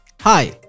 Hi